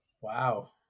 Wow